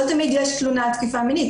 לא תמיד יש תלונה על תקיפה מינית.